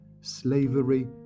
slavery